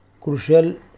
crucial